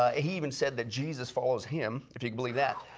ah he even said that jesus follows him if you can believe that.